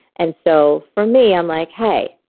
and so for me, i'm like hey,